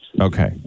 Okay